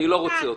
אני לא רוצה אותו.